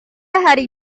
hari